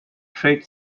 trade